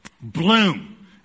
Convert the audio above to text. Bloom